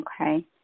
Okay